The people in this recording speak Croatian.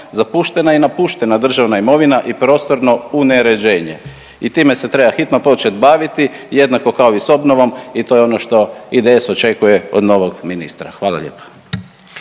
zapuštena i napuštena državna imovina i prostorno uneređenje. I time se treba hitno početi baviti jednako kao i s obnovom i to je ono što IDS očekuje od novog ministra. Hvala lijepa.